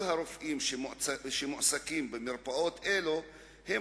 כל הרופאים שמועסקים במרפאות אלו הם